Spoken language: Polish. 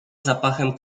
zapachem